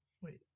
wait